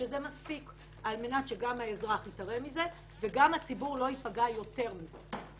זה מספיק כדי שגם האזרח ייתרם מזה וגם הציבור לא ייפגע יותר מזה.